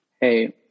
hey